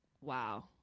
wow